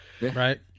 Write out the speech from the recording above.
Right